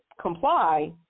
comply